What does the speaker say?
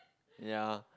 ya